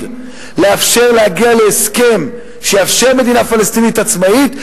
לאפשר להגיע להסכם שיאפשר מדינה פלסטינית עצמאית,